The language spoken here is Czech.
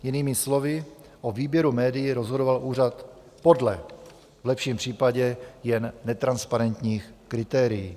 Jinými slovy, o výběru médií rozhodoval úřad podle v lepším případě jen netransparentních kritérií.